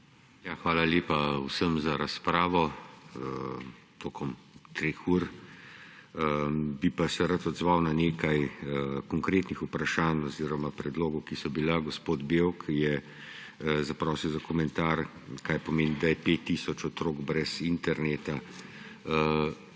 Hvala lepa vsem za razpravo tekom treh ur! Bi pa se rad odzval na nekaj konkretnih vprašanj oziroma predlogov, ki so bili. Gospod Bevk je zaprosil za komentar, kaj pomeni, da je 5 tisoč otrok brez interneta.